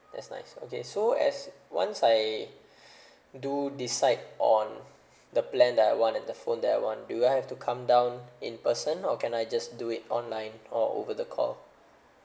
that's nice okay so as once I do decide on the plan that I want and the phone that I want do I have to come down in person or can I just do it online or over the call